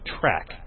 track